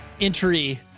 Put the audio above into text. entry